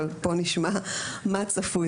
אבל פה נשמע מה צפוי,